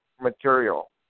material